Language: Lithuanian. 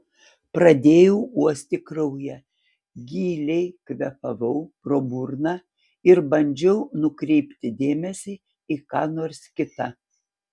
pradėjau uosti kraują giliai kvėpavau pro burną ir bandžiau nukreipti dėmesį į ką nors kita